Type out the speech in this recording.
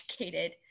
educated